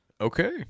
Okay